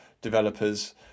developers